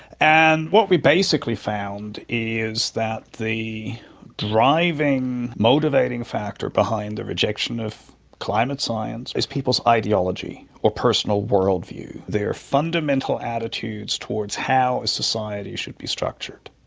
and what we basically found is that the driving motivating factor behind the rejection of climate science is people's ideology or personal worldview, their fundamental attitudes towards how a society should be structured.